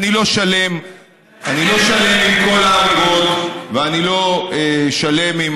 אני לא שלם עם כל האמירות ואני לא שלם עם